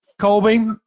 Colby